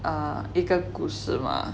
err 一个故事吗